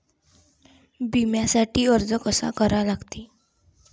बिम्यासाठी अर्ज कसा करा लागते?